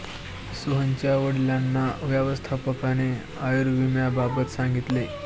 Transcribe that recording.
सोहनच्या वडिलांना व्यवस्थापकाने आयुर्विम्याबाबत सांगितले